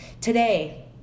today